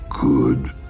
good